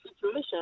situation